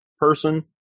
person